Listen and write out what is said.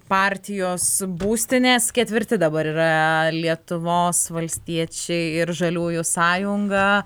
partijos būstinės ketvirti dabar yra lietuvos valstiečiai ir žaliųjų sąjunga